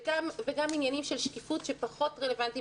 וגם עניינים של שקיפות שפחות רלוונטיים